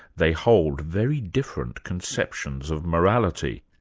they hold very different conceptions of morality.